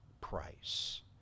price